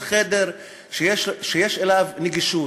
חדר שיש אליו נגישות,